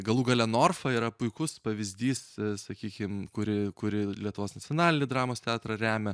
galų gale norfa yra puikus pavyzdys sakykim kuri kuri lietuvos nacionalinį dramos teatrą remia